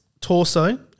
Torso